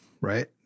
Right